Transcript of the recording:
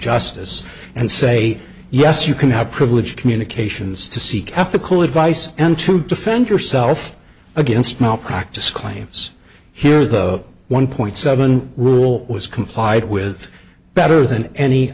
justice and say yes you can have privileged communications to seek ethical advice and to defend yourself against malpractise claims here the one point seven rule was complied with better than any